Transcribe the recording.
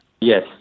Yes